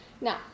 Now